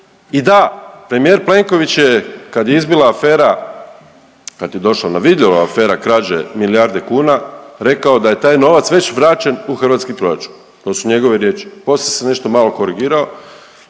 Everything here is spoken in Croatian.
I da premijer Plenković je kad je izbila afera, kad je došla ona vidljiva afera krađe milijarde kuna rekao da je taj novac već vraćen u hrvatski proračun, to su njegove riječi, poslije se nešto malo korigirao,